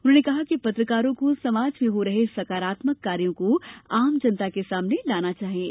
उन्होंने कहा कि पत्रकारों को समाज में हो रहे सकारात्मक कार्यो को आम जनता के सामने लाना चाहिये